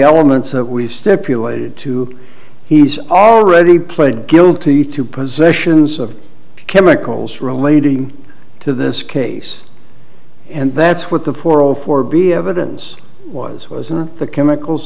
elements that we've stipulated to he's already pled guilty to possessions of chemicals relating to this case and that's what the poor old for be evidence was was in the chemicals